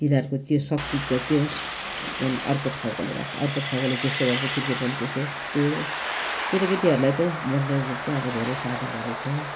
तिनीहरूको त्यो सकिन्छ त्यो त्यहाँदेखि अर्को ठाउँकोले राख्छ अर्को ठाउँकोले त्यस्तो गर्छ क्रिकेट पनि त्यस्तै त्यही हो केटाकेटीहरूलाई त मनोरञ्जनको धेरै अब साधनहरू छ